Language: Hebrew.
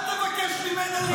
אל תבקש ממנה להתפלל.